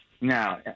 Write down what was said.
Now